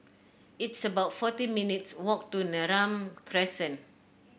it's about forty minutes' walk to Neram Crescent